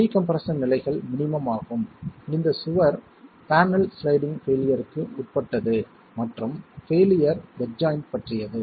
pre compression நிலைகள் minimum ஆகும் இந்த சுவர் பேனல் சிளைடிங் பெயிலியர்க்கு உட்பட்டது மற்றும் பெயிலியர் பெட் ஜாய்ண்ட் பற்றியது